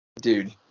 Dude